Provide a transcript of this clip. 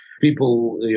People